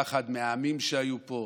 פחד מהעמים שהיו פה,